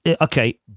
okay